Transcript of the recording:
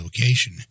location